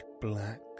black